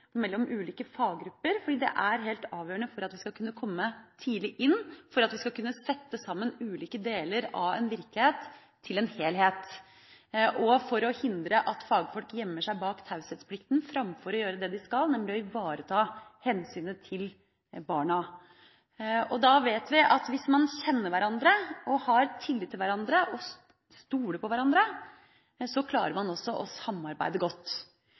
mellom ulike faggrupper, fordi det er helt avgjørende for at vi skal kunne komme tidlig inn, for at vi skal kunne sette sammen ulike deler av en virkelighet til en helhet, og for å hindre at fagfolk gjemmer seg bak taushetsplikten framfor å gjøre det de skal, nemlig å ivareta hensynet til barna. Da vet vi at hvis man kjenner hverandre, har tillit til hverandre og stoler på hverandre, klarer man også å samarbeide godt.